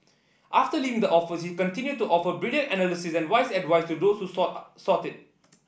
after leaving the office he continued to offer brilliant analysis and wise advice to those sought it